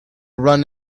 run